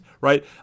right